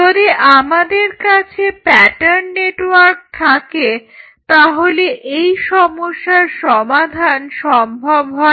যদি আমাদের কাছে প্যাটার্ন নেটওয়ার্ক থাকে তাহলে এই সমস্যার সমাধান সম্ভব হয়